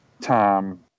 time